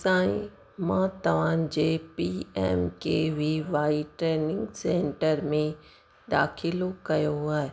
साई मां तव्हांजे पी एम के वी वाइटनी सैंटर में दाख़िलो कयोव